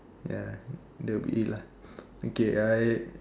ya that will be it lah okay I